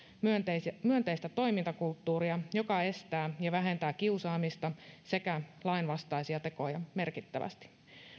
myönteistä toimintakulttuuria joka estää ja vähentää kiusaamista sekä lainvastaisia tekoja merkittävästi